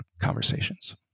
conversations